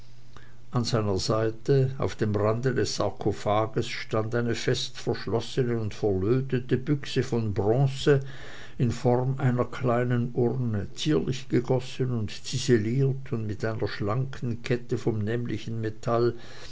an seiner seite auf dem rande des sarkophages stand eine fest verschlossene und verlötete büchse von bronze in form einer kleinen urne zierlich gegossen und ziseliert und mit einer schlanken kette vom nämlichen metall